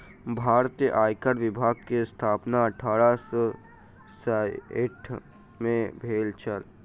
भारतीय आयकर विभाग के स्थापना अठारह सौ साइठ में भेल छल